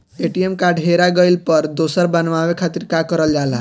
ATM card हेरा गइल पर दोसर बनवावे खातिर का करल जाला?